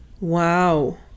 wow